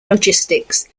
logistics